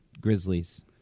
Grizzlies